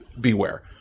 beware